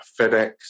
FedEx